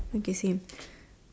okay same